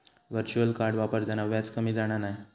virtual card वापरताना व्याज कमी जाणा नाय